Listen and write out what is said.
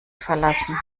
verlassen